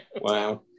Wow